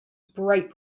bright